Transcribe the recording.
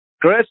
Chris